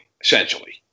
essentially